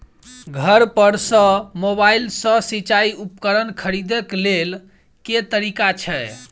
घर पर सऽ मोबाइल सऽ सिचाई उपकरण खरीदे केँ लेल केँ तरीका छैय?